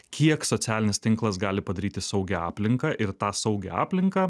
kiek socialinis tinklas gali padaryti saugią aplinką ir tą saugią aplinką